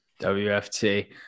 WFT